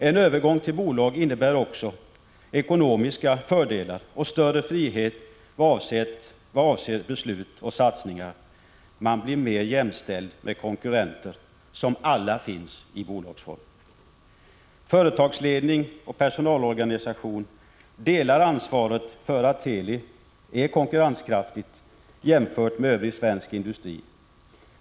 En övergång till bolag innebär också ekonomiska fördelar och större frihet vad avser beslut och satsningar. Man blir mer jämställd med konkurrenter, vilka alla finns i bolagsform. Företagsledning och personalorganisation delar ansvaret för att Teli är konkurrenskraftigt jämfört med övrig svensk industri.